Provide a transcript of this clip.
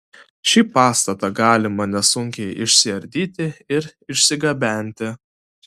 šį pastatą galima nesunkiai išsiardyti ir išsigabenti